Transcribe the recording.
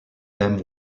them